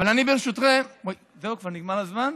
זהו, כבר נגמר הזמן?